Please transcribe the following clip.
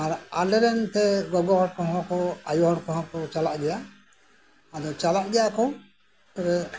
ᱟᱨ ᱟᱞᱮᱨᱮᱱ ᱜᱚᱜᱚ ᱦᱚᱲ ᱠᱚᱦᱚᱸ ᱠᱚ ᱟᱭᱳ ᱦᱚᱲ ᱠᱚᱦᱚᱸ ᱠᱚ ᱪᱟᱞᱟᱜ ᱜᱮᱭᱟ ᱟᱫᱚ ᱪᱟᱜ ᱜᱮᱭᱟ ᱠᱚ ᱛᱚᱵᱚ